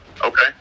Okay